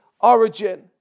origin